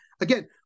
again